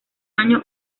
año